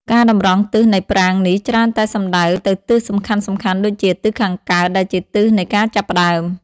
ការតម្រង់ទិសនៃប្រាង្គនេះច្រើនតែសំដៅទៅទិសសំខាន់ៗដូចជាទិសខាងកើត ដែលជាទិសនៃការចាប់ផ្ដើម។